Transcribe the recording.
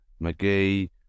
McGee